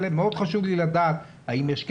חשוב לי לדעת האם יש קשר,